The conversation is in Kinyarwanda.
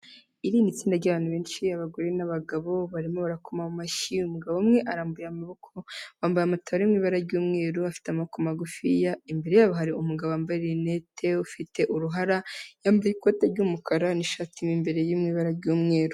Iri nitsinda ry'abantu benshi abagore n'abagabo barimo barimo barakoma mu mashyi umugabo umwe arambuye amaboko bambaye amatara arimo ibara ry'umweru bafite amako magufi imbere yabo hari umugabo wambaye lunette ufite uruhara yambaye ikoti ry'umukara n'ishati mwimbere irimo ibara ry'umweru.